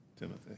Timothy